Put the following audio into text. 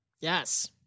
Yes